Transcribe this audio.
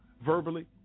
verbally